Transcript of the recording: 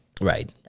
Right